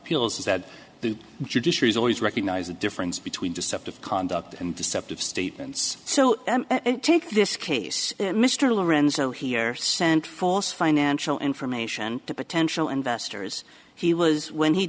appeals that the judiciary is always recognize the difference between deceptive conduct and deceptive statements so take this case mr lorenzo here sent false financial information to potential investors he was when he